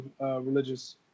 religious